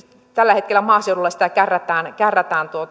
tällä hetkellä maaseudulla sitä kärrätään kärrätään